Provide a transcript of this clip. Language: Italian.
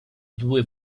due